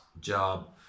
job